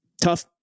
tough